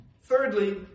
thirdly